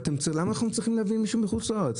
למה אנחנו צריכים להביא מישהו מחוץ לארץ?